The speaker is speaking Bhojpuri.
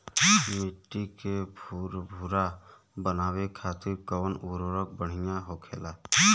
मिट्टी के भूरभूरा बनावे खातिर कवन उर्वरक भड़िया होखेला?